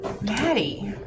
Maddie